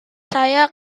saya